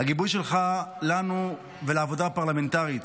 הגיבוי שלך לנו ולעבודה הפרלמנטרית